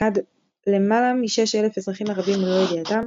פקד למעלה מ־6,000 אזרחים ערבים ללא ידיעתם,